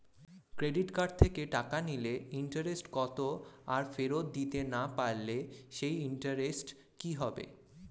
Credit card থেকে টাকা নিলে ইন্টারেস্ট কত আর ফেরত দিতে না পারলে সেই ইন্টারেস্ট কি হবে?